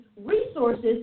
resources